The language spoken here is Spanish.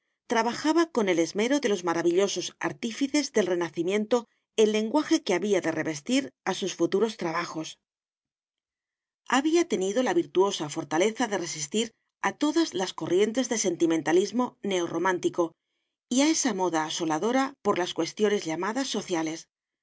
trabajaba con el esmero de los maravillosos artífices del renacimiento el lenguaje que había de revestir a sus futuros trabajos había tenido la virtuosa fortaleza de resistir a todas las corrientes de sentimentalismo neo romántico y a esa moda asoladora por las cuestiones llamadas sociales